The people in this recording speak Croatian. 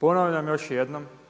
ponavljam još jednom